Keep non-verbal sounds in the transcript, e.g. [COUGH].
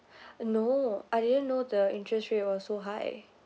[BREATH] no I didn't know the interest rate was so high